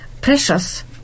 precious